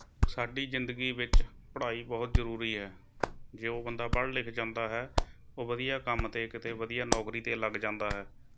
ਸਾਡੀ ਜ਼ਿੰਦਗੀ ਵਿੱਚ ਪੜ੍ਹਾਈ ਬਹੁਤ ਜ਼ਰੂਰੀ ਹੈ ਜੇ ਉਹ ਬੰਦਾ ਪੜ੍ਹ ਲਿਖ ਜਾਂਦਾ ਹੈ ਉਹ ਵਧੀਆ ਕੰਮ 'ਤੇ ਕਿਤੇ ਵਧੀਆ ਨੌਕਰੀ 'ਤੇ ਲੱਗ ਜਾਂਦਾ ਹੈ